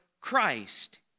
Christ